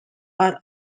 are